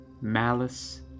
malice